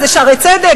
זה "שערי צדק"?